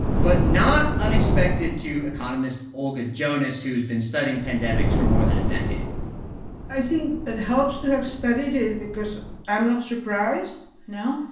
but not unexpected to economist olga jonas, who's been studying pandemics for more than a decade i think it helps to have studied it because i'm not surprised no?